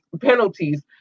penalties